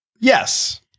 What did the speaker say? Yes